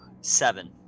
seven